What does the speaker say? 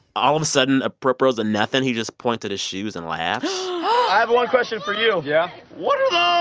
all of a sudden, apropros or nothing, he just points at his shoes and laughs i have one question for you yeah what are those?